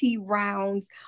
rounds